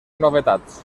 novetats